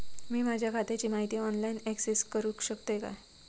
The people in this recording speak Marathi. मी माझ्या खात्याची माहिती ऑनलाईन अक्सेस करूक शकतय काय?